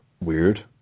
weird